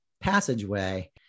passageway